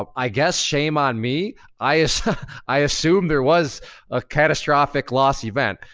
um i guess shame on me. i so i assumed there was a catastrophic loss event.